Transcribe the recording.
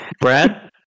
Brad